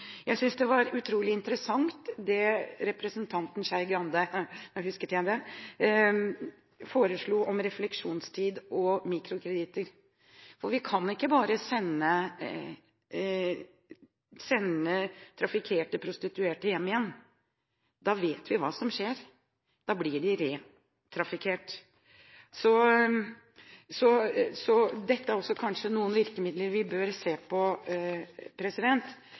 Jeg synes det var utrolig interessant det representanten Skei Grande foreslo om refleksjonstid og mikrokreditter. Vi kan ikke bare sende trafikkerte prostituerte hjem igjen, for da vet vi hva som skjer: Da blir de retrafikkert. Så dette er kanskje også noen virkemidler vi bør se på,